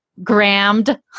grammed